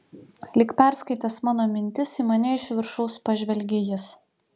lyg perskaitęs mano mintis į mane iš viršaus pažvelgė jis